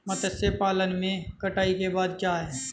मत्स्य पालन में कटाई के बाद क्या है?